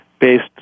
based